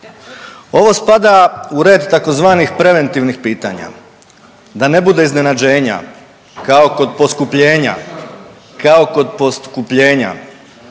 ovo spada u red tzv. preventivnih pitanja da ne bude iznenađenja kao kod poskupljenja, kao kod poskupljenja,